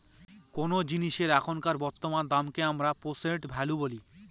কোনো জিনিসের এখনকার বর্তমান দামকে আমরা প্রেসেন্ট ভ্যালু বলি